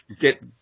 get